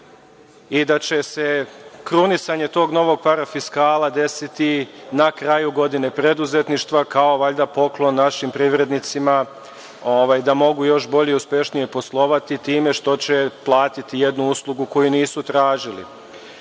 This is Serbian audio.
i da će se krunisanje tog novog parafiskala desiti na kraju godine preduzetništva valjda kao poklon našim privrednicima da mogu još bolje i uspešnije poslovati time što će platiti jednu uslugu koju nisu